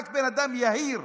רק בן אדם יהיר